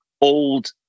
old